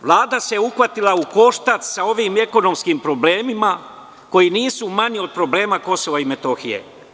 Vlada se uhvatila u koštac sa ovim ekonomskim problemima koji nisu manji od problema Kosova i Metohije.